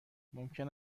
ممکن